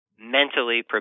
Mentally